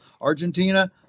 Argentina